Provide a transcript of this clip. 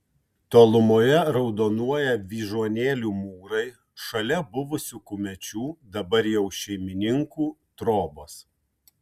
tolumoje raudonuoja vyžuonėlių mūrai šalia buvusių kumečių dabar jau šeimininkų trobos